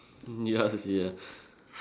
ya sia